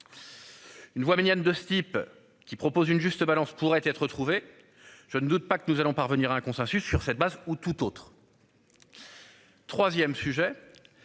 Une voie médiane de ce type qui propose une juste balance pourrait être retrouvés. Je ne doute pas que nous allons parvenir à un consensus sur cette base ou toute autre. 3ème sujet.